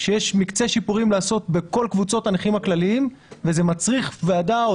יש מקצה שיפורים לעשות בכל קבוצות הנכים הכלליים וזה מצריך ועדה או